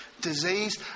disease